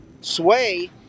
sway